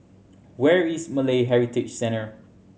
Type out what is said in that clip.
where is Malay Heritage Centre